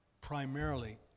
primarily